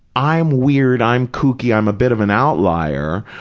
i'm weird, i'm kooky, i'm a bit of an outlier,